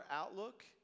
outlook